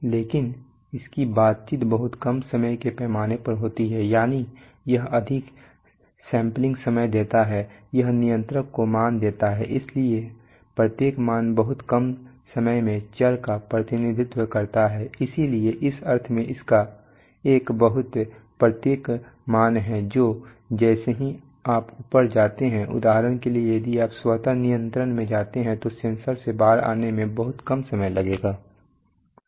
लेकिन इसकी बातचीत बहुत कम समय के पैमाने पर होती है यानी यह अधिक सैंपलिंग समय देता है यह नियंत्रक को मान देता है इसलिए प्रत्येक मान बहुत कम समय में चर का प्रतिनिधित्व करता है इसलिए इस अर्थ में इसका एक बहुत प्रत्येक मान है जो जैसे ही आप ऊपर जाते हैं उदाहरण के लिए यदि आप स्वत नियंत्रण में जाते हैं तो सेंसर से बाहर आने में बहुत कम समय लगता है